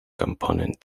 component